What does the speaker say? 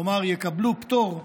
כלומר, יקבלו פטור,